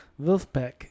Wolfpack